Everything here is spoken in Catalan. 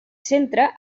centre